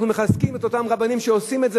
אנחנו מחזקים את אותם רבנים שעושים את זה